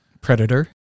Predator